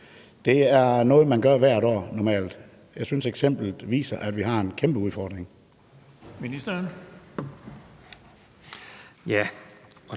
normalt noget, man gør hvert år. Jeg synes, at eksemplet viser, at vi har en kæmpe udfordring. Kl.